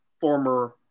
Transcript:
former